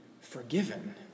forgiven